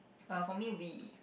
err for me will be